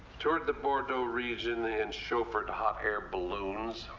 toured the bordeaux region and chauffeured hot-air balloons.